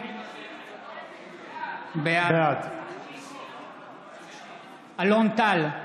בעד אלון טל,